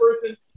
person